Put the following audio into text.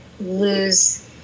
lose